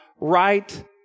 right